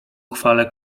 chwale